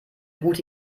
gute